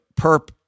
perp